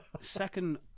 second